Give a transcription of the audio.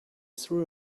threw